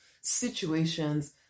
situations